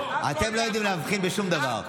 אתם לא יודעים להבחין בשום דבר.